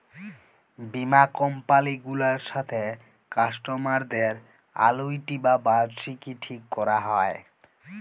বীমা কমপালি গুলার সাথে কাস্টমারদের আলুইটি বা বার্ষিকী ঠিক ক্যরা হ্যয়